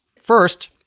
First